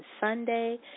Sunday